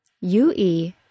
UE